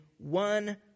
one